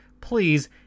Please